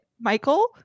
Michael